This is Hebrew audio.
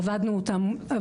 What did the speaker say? עבדנו עליה.